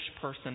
person